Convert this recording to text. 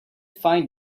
find